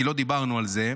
כי לא דיברנו על זה,